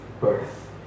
birth